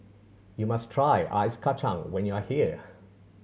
you must try ice kacang when you are here